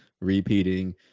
repeating